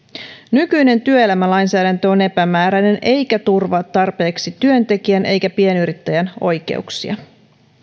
nykyinen työelämälainsäädäntö on epämääräinen eikä turvaa tarpeeksi työntekijän eikä pienyrittäjän oikeuksia